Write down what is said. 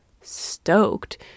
stoked